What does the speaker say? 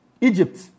Egypt